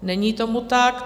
Není tomu tak.